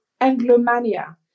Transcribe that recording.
Anglomania